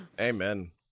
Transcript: Amen